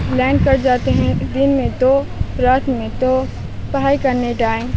line کٹ جاتے ہیں دن میں تو رات میں تو پڑھائی کرنے ٹائم